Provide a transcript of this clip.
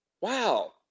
wow